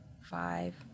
five